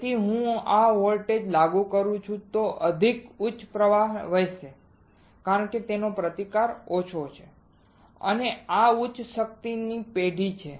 તેથી જો હું વોલ્ટેજ લાગુ કરું તો અધિક ઉચ્ચ પ્રવાહ વહેશે કારણ કે પ્રતિકાર ઓછો છે અને આ ઉચ્ચ શક્તિની પેઢી છે